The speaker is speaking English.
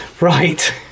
Right